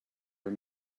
are